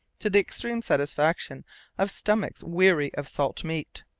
to the extreme satisfaction of stomachs weary of salt meat.